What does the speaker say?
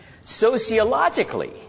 Sociologically